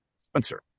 Spencer